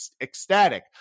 ecstatic